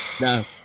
No